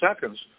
seconds